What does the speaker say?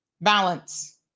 balance